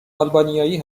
آلبانیایی